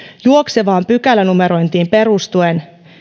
juoksevaan pykälänumerointiin perustuvan